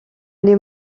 les